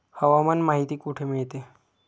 हवामान माहिती कुठे मिळते?